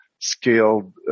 scaled